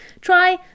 Try